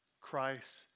Christ